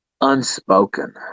Unspoken